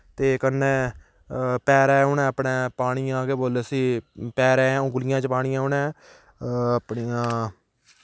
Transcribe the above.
ते कन्नै पैरै उ'नें अपनै पानियां केह् बोलदे उसी पैरें उंगलियें च पानियां उ'नें अपनियां